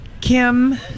Kim